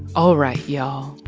all right, y'all.